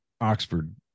Oxford